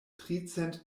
tricent